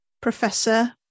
Professor